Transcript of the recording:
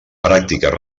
pràctiques